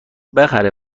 بخره